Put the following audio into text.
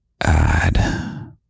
add